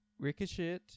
Ricochet